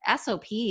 SOPs